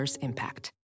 impact